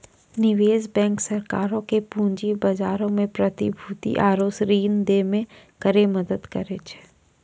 निवेश बैंक सरकारो के पूंजी बजारो मे प्रतिभूति आरु ऋण दै मे करै मदद करै छै